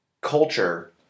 culture